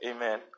Amen